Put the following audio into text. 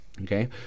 okay